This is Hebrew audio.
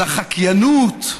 על החקיינות,